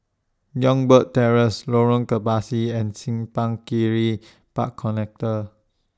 Youngberg Terrace Lorong Kebasi and Simpang Kiri Park Connector